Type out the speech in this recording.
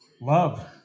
love